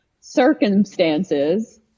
circumstances